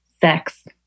Sex